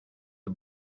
the